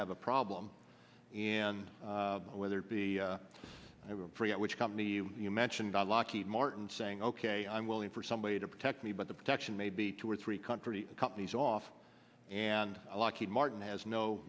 have a problem and whether the us forget which company you mentioned lockheed martin saying ok i'm willing for somebody to protect me but the protection may be two or three countries companies off and a lockheed martin has no